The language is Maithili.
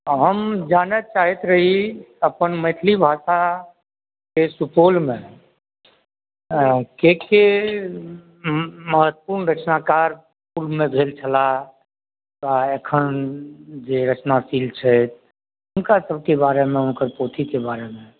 हम जानऽ चाहैत रही अपन मैथिलि भाषा के सुपौल मे के के महत्वपूर्ण रचनाकार पूर्व मे भेल छलाह तऽ एखन जे रचनाशील छथि हुनका सबके बारे मे हुनकर पोथी के बारे मे